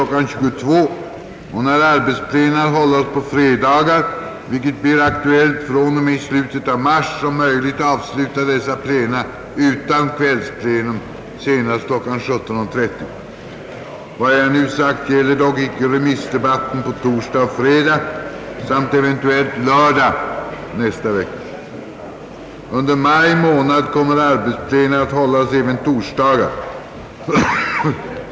22.00 och att när arbetsplena hålles på fredagar, vilket blir aktuellt från och med slutet av mars, om möjligt avsluta dessa utan kvällsplenum senast kl. 17.30. Vad jag nu sagt gäller dock icke remissdebatten på torsdag och fredag — samt eventuellt lördag — nästa vecka. Under maj månad kommer arbetsplena att hållas även torsdagar.